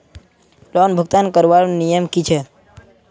Loan भुगतान करवार नियम की छे?